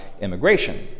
immigration